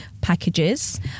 packages